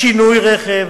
שינוי רכב,